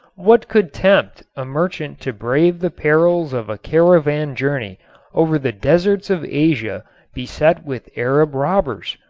what could tempt a merchant to brave the perils of a caravan journey over the deserts of asia beset with arab robbers?